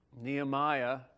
Nehemiah